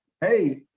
Hey